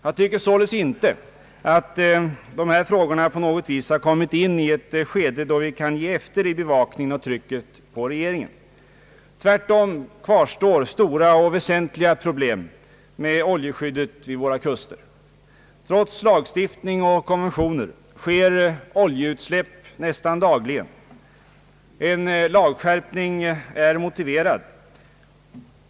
Jag tycker inte att dessa frågor på något vis har kommit in i ett skede då vi kan ge efter på våra krav gentemot regeringen om skärpt bevakning. Stora och väsentliga problem kvarstår när det gäller oljeskyddet vid våra kus ter. Trots lagstiftning och konventioner sker oljeutsläpp nästan dagligen. En lagskärpning är motiverad.